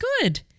good